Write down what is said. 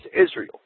Israel